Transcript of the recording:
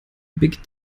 big